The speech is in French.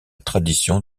tradition